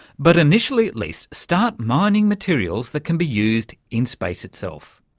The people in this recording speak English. but initially at least start mining materials that can be used in space itself.